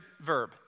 verb